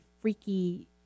freaky